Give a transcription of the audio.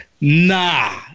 Nah